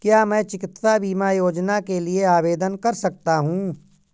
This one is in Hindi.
क्या मैं चिकित्सा बीमा योजना के लिए आवेदन कर सकता हूँ?